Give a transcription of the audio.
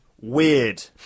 weird